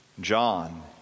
John